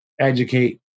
educate